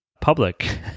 public